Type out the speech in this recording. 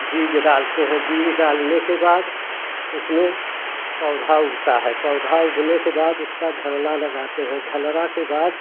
बीज डालते हैं बीज डालने के बाद उसमें पौधा उगता है पौधा उगने के बाद उसका झलरा लगाते हैं झलरा के बाद